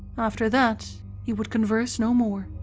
after that he would converse no more,